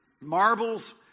marbles